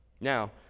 Now